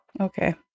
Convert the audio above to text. Okay